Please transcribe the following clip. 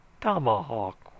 tomahawk